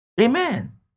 Amen